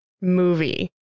movie